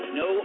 no